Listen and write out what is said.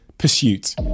pursuit